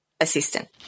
assistant